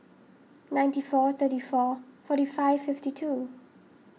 ninety four thirty four forty five fifty two